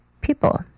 people